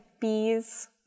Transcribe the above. bees